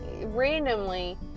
randomly